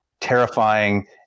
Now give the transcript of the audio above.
terrifying